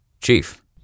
Chief